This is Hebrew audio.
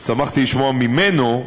אז שמחתי לשמוע ממנו,